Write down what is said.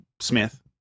Smith